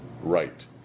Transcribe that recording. right